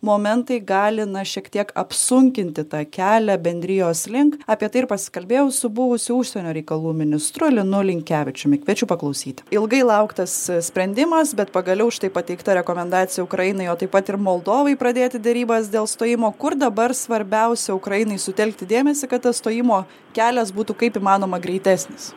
momentai gali šiek tiek apsunkinti tą kelią bendrijos link apie tai ir pasikalbėjau su buvusiu užsienio reikalų ministru linu linkevičiumi kviečiu paklausyti ilgai lauktas sprendimas bet pagaliau štai pateikta rekomendacija ukrainai o taip pat ir moldovai pradėti derybas dėl stojimo kur dabar svarbiausia ukrainai sutelkti dėmesį kad tas stojimo kelias būtų kaip įmanoma greitesnis